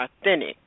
authentic